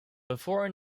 before